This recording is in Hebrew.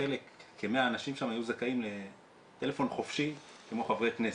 כ-100 אנשים שם היו זכאים לטלפון חופשי כמו חברי כנסת.